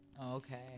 Okay